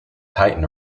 tighten